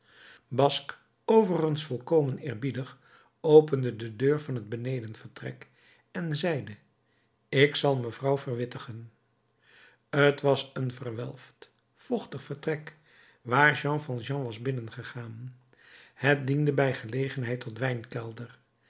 basque overigens volkomen eerbiedig opende de deur van het benedenvertrek en zeide ik zal mevrouw verwittigen t was een verwelfd vochtig vertrek waar jean valjean was binnengegaan het diende bij gelegenheid tot wijnkelder